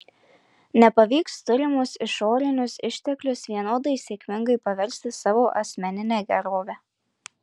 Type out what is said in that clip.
nepavyks turimus išorinius išteklius vienodai sėkmingai paversti savo asmenine gerove